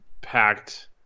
packed